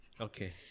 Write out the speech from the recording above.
okay